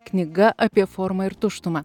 knyga apie formą ir tuštumą